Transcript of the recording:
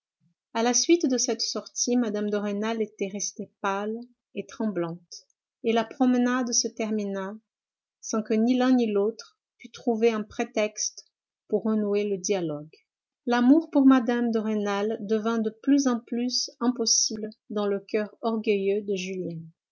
a la suite de cette sortie mme de rênal était restée pâle et tremblante et la promenade se termina sans que ni l'un ni l'autre pût trouver un prétexte pour renouer le dialogue l'amour pour mme de rênal devint de plus en plus impossible dans le coeur orgueilleux de julien